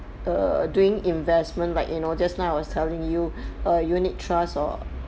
err doing investment like you know just now I was telling you a unit trust or